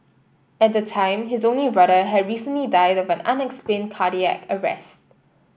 at the time his only brother had recently died of an unexplained cardiac arrest